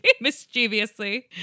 mischievously